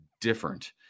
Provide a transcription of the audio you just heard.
different